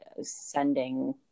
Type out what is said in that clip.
sending